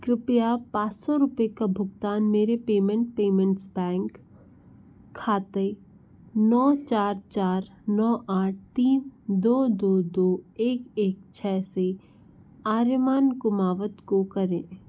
कृपया पाँच सौ रुपये का भुगतान मेरे पेमेंट पेमेंट्स बैंक खाते नौ चार चार नौ आठ तीन दो दो दो एक एक छः से आर्यमान कुमावत को करें